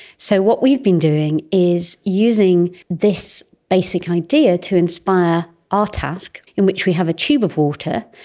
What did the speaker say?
so what we've been doing is using this basic idea to inspire our task in which we have a tube of water,